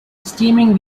steaming